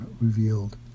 revealed